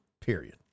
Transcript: Period